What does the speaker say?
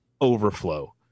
overflow